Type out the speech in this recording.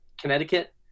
Connecticut